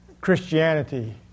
Christianity